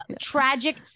tragic